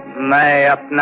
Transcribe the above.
my ah